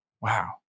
Wow